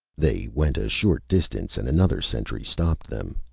they went a short distance and another sentry stopped them.